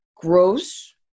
Gross